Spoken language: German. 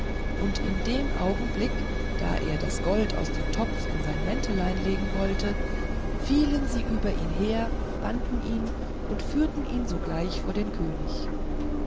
und in dem augenblick da er das gold aus dem topf in sein mäntelein legen wollte fielen sie über ihn her banden ihn und führten ihn sogleich vor den könig